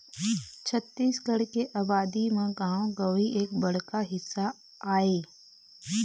छत्तीसगढ़ के अबादी म गाँव गंवई एक बड़का हिस्सा आय